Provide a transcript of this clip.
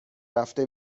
رفته